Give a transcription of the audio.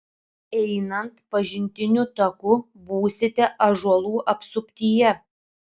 einant pažintiniu taku būsite ąžuolų apsuptyje